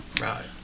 Right